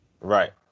Right